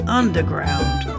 underground